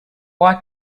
why